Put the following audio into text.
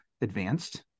advanced